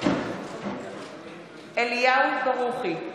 מתחייב אני אליהו ברוכי,